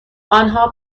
انها